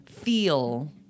feel